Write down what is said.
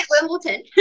Wimbledon